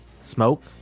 smoke